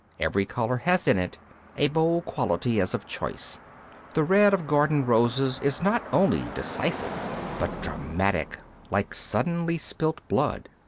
every colour has in it a bold quality as of choice the red of garden roses is not only decisive but dramatic, like suddenly spilt blood.